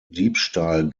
diebstahl